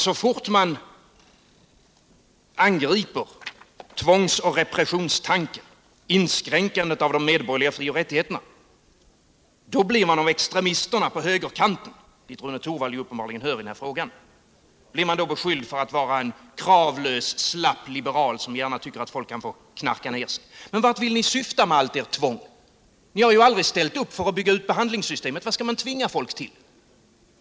Så fort man angriper tvångsoch repressionstanken samt inskränkandet av de medborgerliga frioch rättigheterna blir man av extremisterna på högerkanten, dit Rune Torwald uppenbarligen hör i denna fråga, beskylld för att vara en kravlös slapp liberal, som gärna tycker att folk skall få knarka ner sig. Men vart syftar ni med allt ert tvång? Ni har ju aldrig velat bygga ut behandlingssystemet. Vad skall man tvinga människorna till?